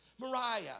Mariah